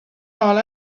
all